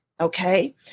Okay